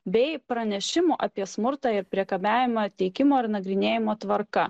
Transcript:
bei pranešimų apie smurtą ir priekabiavimą teikimo ir nagrinėjimo tvarka